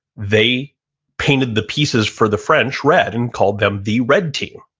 they painted the pieces for the french red and called them the red team.